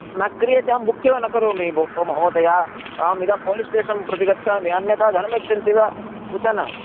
न क्रीयते अहं बुक् एव न करोमि भोः महोदय अहं इदानीं पोलीस् श्टेशन् प्रति गच्छामि अन्यता धनं यच्छन्ति वा उत न